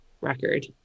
record